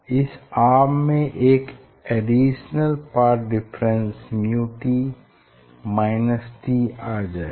इस आर्म में एक additional path difference µt t आ जाएगा